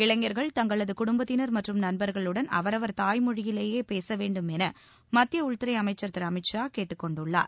இளைஞர்கள் தங்களது குடும்பத்தினர் மற்றும் நண்பர்களுடன் அவரவர் தாய்மொழியிலேயே பேச வேண்டும் என மத்திய உள்துறை அமைச்சர் திரு அமித் ஷா கேட்டுக் கொண்டுள்ளார்